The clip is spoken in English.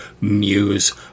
muse